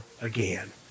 again